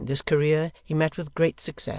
in this career he met with great success,